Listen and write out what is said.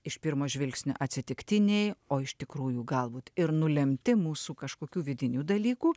iš pirmo žvilgsnio atsitiktiniai o iš tikrųjų galbūt ir nulemti mūsų kažkokių vidinių dalykų